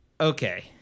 okay